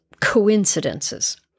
coincidences